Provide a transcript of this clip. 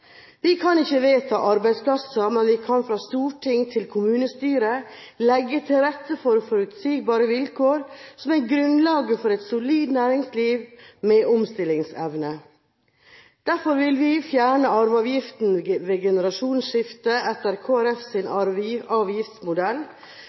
Vi kan ikke vedta arbeidsplasser, men vi kan fra storting til kommunestyre legge til rette for forutsigbare vilkår, som er grunnlaget for et solid næringsliv med omstillingsevne. Derfor vil vi fjerne arveavgiften ved generasjonsskifte etter